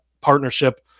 partnership